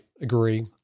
Agree